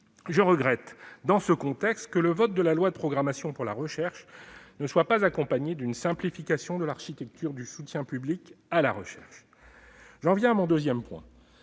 Je regrette, dans ce contexte, que le vote de la loi de programmation de la recherche ne se soit pas accompagné d'une simplification de l'architecture du soutien public à la recherche. J'en viens à mon deuxième point.